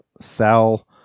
Sal